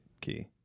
key